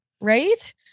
Right